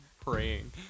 praying